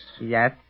Yes